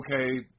okay